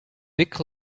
week